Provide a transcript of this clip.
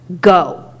go